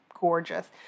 gorgeous